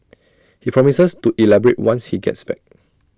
he promises to elaborate once he gets back